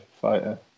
fighter